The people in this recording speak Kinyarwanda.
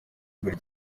buri